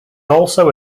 also